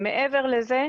מעבר לזה,